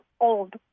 old